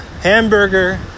hamburger